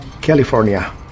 California